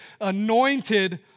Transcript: anointed